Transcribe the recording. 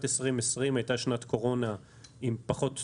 2020 הייתה שנת קורונה עם פחות תנועה,